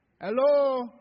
Hello